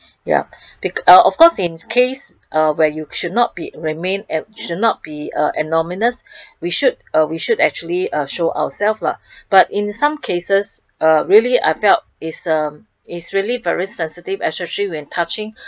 ya bec~ uh of course in it's case where you should not be remain anonymous should not be anonymous we should uh we should actually uh show ourself lah but in some cases uh really I felt is um is really very sensitive especially when touching